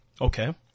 Okay